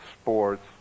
sports